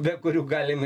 be kurių galim